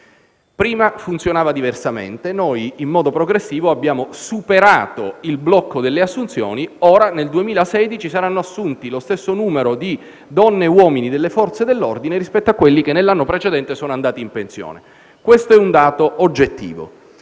Prima funzionava diversamente; noi, in modo progressivo, abbiamo superato il blocco delle assunzioni e ora, nel 2016, sarà assunto lo stesso numero di donne e uomini delle Forze dell'ordine rispetto a quelli che nell'anno precedente sono andati in pensione. Questo è un dato oggettivo.